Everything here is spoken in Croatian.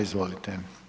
Izvolite.